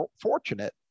fortunate